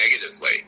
negatively